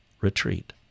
retreat